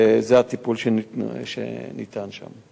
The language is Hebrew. זה הטיפול שניתן שם.